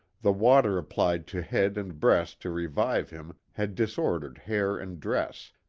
the water applied to head and breast to revive him had disordered hair and dress,